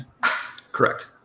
Correct